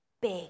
big